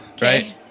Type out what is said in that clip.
Right